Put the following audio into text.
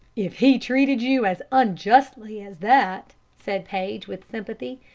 if he treated you as unjustly as that, said paige, with sympathy,